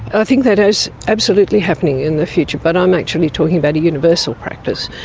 i think that is absolutely happening in the future but i'm actually talking about a universal practice,